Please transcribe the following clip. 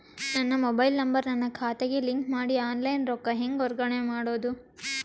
ನನ್ನ mobile number ನನ್ನ ಖಾತೆಗೆ ಲಿಂಕ್ ಮಾಡಿ ಆನ್ಲೈನ್ ರೊಕ್ಕ ಹೆಂಗ ವರ್ಗಾವಣೆ ಮಾಡೋದು?